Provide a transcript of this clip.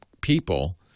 people